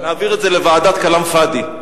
להעביר את זה לוועדת כלאם פאד'י.